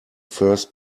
first